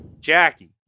Jackie